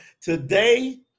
Today